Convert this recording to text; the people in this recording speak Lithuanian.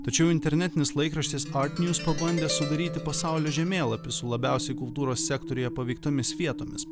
tačiau internetinis laikraštis artnews pabandė sudaryti pasaulio žemėlapį su labiausiai kultūros sektoriuje paveiktomis vietomis